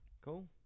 Cool